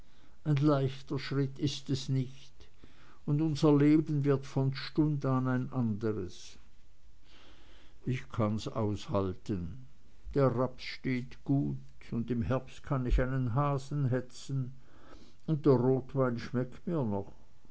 ein leichter schritt ist es nicht und unser leben wird von stund an ein anderes ich kann's aushalten der raps steht gut und im herbst kann ich einen hasen hetzen und der rotwein schmeckt mir noch